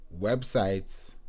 websites